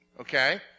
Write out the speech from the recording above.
okay